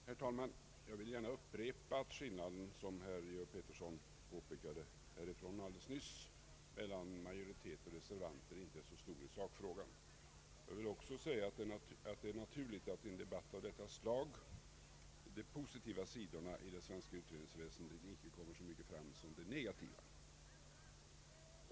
Herr talman! Jag vill gärna upprepa att skillnaden — som herr Georg Pettersson alldeles nyss påpekade från denna talarstol — mellan majoritet och reservanter inte är så stor i sakfrågan. Jag vill också säga att det är naturligt i en debatt av detta slag att de positiva sidorna av det svenska utredningsväsendet inte kommer fram så mycket som de negativa.